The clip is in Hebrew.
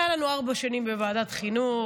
היו לנו ארבע שנים בוועדת חינוך,